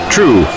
True